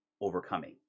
overcoming